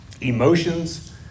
Emotions